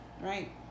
Right